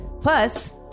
Plus